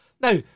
Now